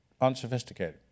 unsophisticated